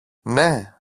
ναι